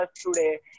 today